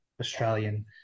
Australian